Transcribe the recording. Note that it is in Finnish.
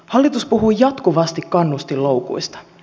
hallitus puhuu jatkuvasti kannustinloukuista